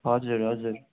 हजुर हजुर